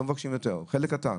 לא מבקשים יותר חלק קטן